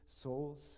souls